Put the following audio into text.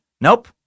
nope